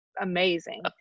amazing